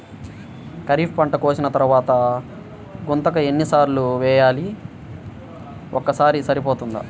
ఖరీఫ్ పంట కోసిన తరువాత గుంతక ఎన్ని సార్లు వేయాలి? ఒక్కసారి సరిపోతుందా?